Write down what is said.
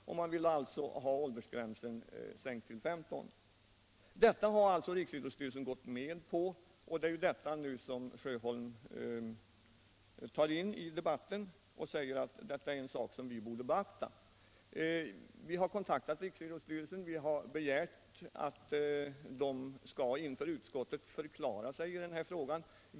Boxningsförbundet vill ha åldersgränsen sänkt till 15 år. Detta har Riksidrottsstyrelsen gått med på. Det är det herr Sjöholm tar upp i debatten och säger att vi borde beakta. Vi har kontaktat Riksidrottsstyrelsen och begärt att den inför utskottet skall förklara sig i den här frågan.